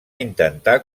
intentar